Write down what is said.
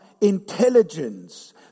intelligence